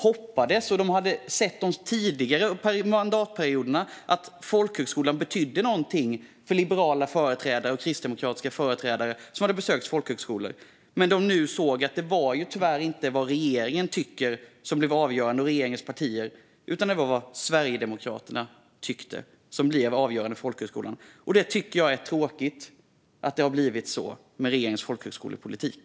Under tidigare mandatperioder hade de sett att folkhögskolan betyder något för liberala och kristdemokratiska företrädare, men nu såg de att det tyvärr inte är vad regeringspartierna tycker som är avgörande utan vad Sverigedemokraterna tycker. Det är tråkigt att det har blivit så med regeringens folkhögskolepolitik.